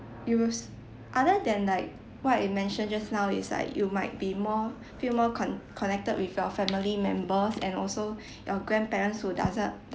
you was other than like what you mentioned just now is like you might be more feel more con~ connected with your family members and also your grandparents who doesn't